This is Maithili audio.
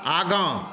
आगाँ